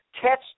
catch